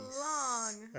long